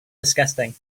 disgusting